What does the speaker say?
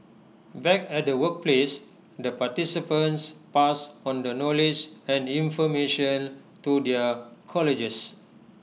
back at the workplace the participants pass on the knowledge and information to their colleagues